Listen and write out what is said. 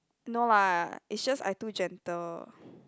no lah is just I too gentle